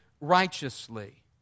righteously